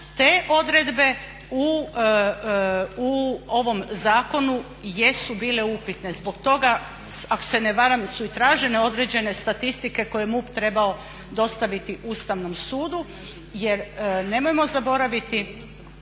te odredbe u ovom zakonu jesu bile upitne. Zbog toga ako se ne varam su i tražene određene statistike koje je MUP trebao dostaviti Ustavnom sudu. Jer nemojmo zaboraviti